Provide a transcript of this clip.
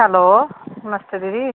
hello ਨਮਸਤੇ ਦੀਦੀ